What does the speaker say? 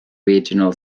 regional